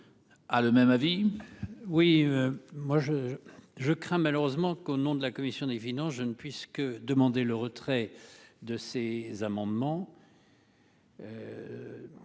a le même avis. Oui, moi je, je crains malheureusement qu'au nom de la commission des finances je ne puisque demander le retrait de ces amendements.